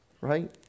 Right